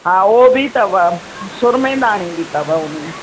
हा उहो बि अथव सुरमेदानी बि अथव हुन में